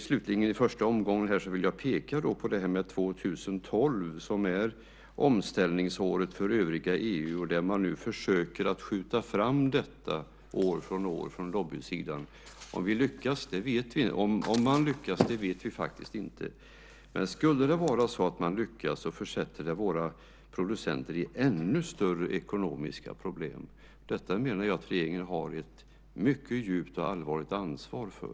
Slutligen vill jag peka på att det är 2012 som är omställningsåret för övriga EU, och nu försöker man från lobbygrupper skjuta fram detta år efter år. Om de lyckas vet vi faktiskt inte. Men om de lyckas försätter det våra producenter i ännu större ekonomiska problem. Detta menar jag att regeringen har ett mycket stort ansvar för.